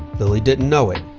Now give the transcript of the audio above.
lilly didn't know it,